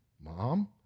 Mom